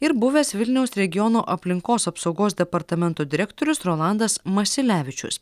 ir buvęs vilniaus regiono aplinkos apsaugos departamento direktorius rolandas masilevičius